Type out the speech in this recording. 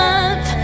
up